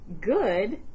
good